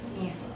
Yes